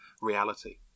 reality